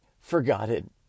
forgotten